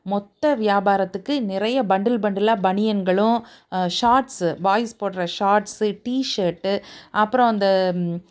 மொத்த வியாபாரத்துக்கு நிறைய பண்டில் பண்டிலாக பனியன்களும் ஷாட்ஸு பாய்ஸ் போடுற ஷாட்ஸு டீஷர்ட்டு அப்புறம் அந்த